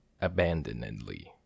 Abandonedly